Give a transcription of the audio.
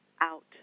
out